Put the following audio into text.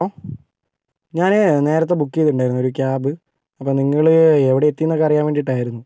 hello ഞാന് നേരത്തെ book ചെയ്തിട്ടുണ്ടായിരുന്നു ഒരു ക്യാബ് അപ്പം നിങ്ങള് എവിടെയെത്തി എന്നൊക്കെ അറിയാൻ വേണ്ടിയിട്ട് ആയിരുന്നു